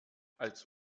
als